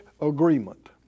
agreement